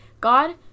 God